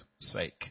sake